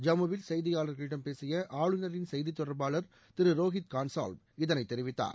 ஜம்முவில் செய்தியாளர்களிடம் பேசிய ஆளுநரின் செய்தி தொடர்பாளர் திரு ரோகித் கான்சால்வ் இதனை தெரிவித்தார்